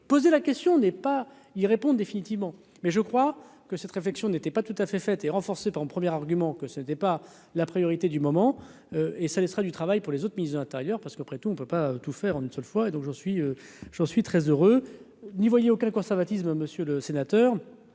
poser la question n'est pas, ils répondent définitivement, mais je crois. Que cette réflexion n'était pas tout à fait, fait et renforcée par le premier argument que ce n'était pas la priorité du moment et ça laissera du travail pour les autres mises l'intérieur parce qu'après tout on ne peut pas tout faire en une seule fois, donc j'en suis, j'en suis très heureux, n'y voyez aucun conservatisme, monsieur le sénateur,